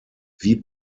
wie